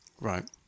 Right